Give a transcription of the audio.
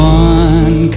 one